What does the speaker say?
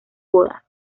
bodas